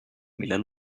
millel